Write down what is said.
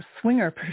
swinger